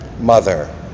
mother